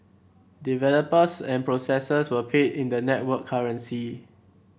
developers and processors were paid in the network currency